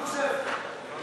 חבר הכנסת יואל חסון,